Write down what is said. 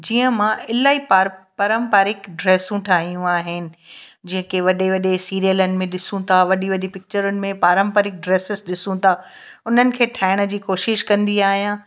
जीअं मां इलाही बार पारंपरिक ड्रेसूं ठाहियूं आहिनि जेके वॾे वॾे सीरियलनि में ॾिसूं था वॾी वॾी पिच्चरुनि में पारंपरिक ड्रेसिस ॾिसूं था उन्हनि खे ठाहिण जी कोशिश कंदी आहियां